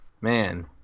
man